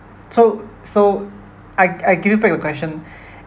so so I I give you back your question